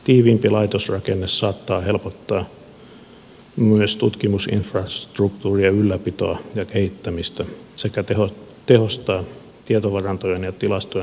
tiiviimpi laitosrakenne saattaa helpottaa myös tutkimusinfrastruktuurien ylläpitoa ja kehittämistä sekä tehostaa tietovarantojen ja tilastojen hyödyntämistä